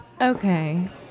Okay